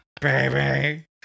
baby